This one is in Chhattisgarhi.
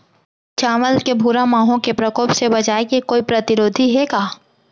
चांवल के भूरा माहो के प्रकोप से बचाये के कोई प्रतिरोधी हे का?